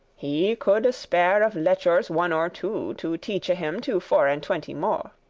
he coulde spare of lechours one or two, to teache him to four and twenty mo'.